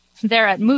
Thereat